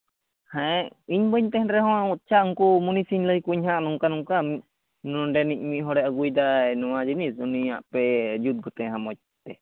ᱦᱮᱸ ᱤᱧ ᱵᱟᱹᱧ ᱛᱟᱦᱮᱱ ᱨᱮᱦᱚᱸ ᱟᱪᱪᱷᱟ ᱩᱱᱠᱩ ᱢᱩᱱᱤᱥᱤᱧ ᱞᱟᱹᱭ ᱠᱚᱣᱟ ᱦᱟᱸᱜ ᱱᱚᱝᱠᱟ ᱱᱚᱝᱠᱟ ᱱᱚᱰᱮᱱᱤᱡ ᱢᱤᱫ ᱦᱚᱲᱮ ᱟᱹᱜᱩᱭᱮᱫᱟ ᱱᱚᱣᱟ ᱡᱤᱱᱤᱥ ᱩᱱᱤᱭᱟᱜ ᱡᱩᱛ ᱠᱟᱛᱮᱫ ᱦᱚᱸ ᱢᱚᱡᱽ